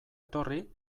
etorri